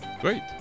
Great